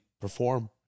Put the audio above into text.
perform